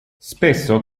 spesso